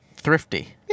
thrifty